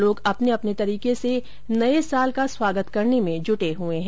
लोग अपने अपने तरीके से नये साल का स्वागत करने में जुटे हुए है